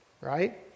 Right